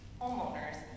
homeowners